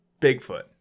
Bigfoot